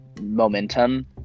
momentum